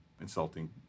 insulting